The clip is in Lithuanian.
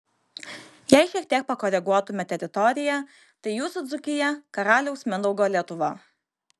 jei šiek tiek pakoreguotume teritoriją tai jūsų dzūkija karaliaus mindaugo lietuva